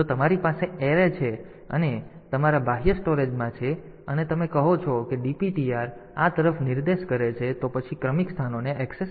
તેથી જો તમારી પાસે એરે છે અને તમારા બાહ્ય સ્ટોરેજમાં છે અને તમે કહો છો કે DPTR આ તરફ નિર્દેશ કરે છે તો પછી ક્રમિક સ્થાનોને ઍક્સેસ કરવા માટે